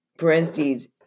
Parentheses